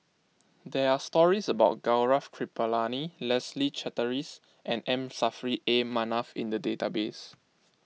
there are stories about Gaurav Kripalani Leslie Charteris and M Saffri A Manaf in the database